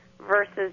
versus